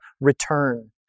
return